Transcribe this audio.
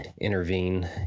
intervene